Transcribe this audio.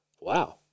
Wow